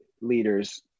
leaders